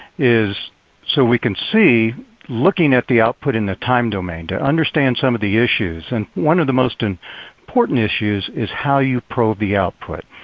is so we can see looking at the output in the time-domain, to understand some of the issues. and one of the most and important issues is how you probe the output.